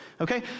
okay